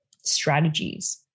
strategies